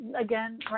again